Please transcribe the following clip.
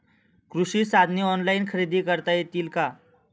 कृषी साधने ऑनलाइन खरेदी करता येतील का?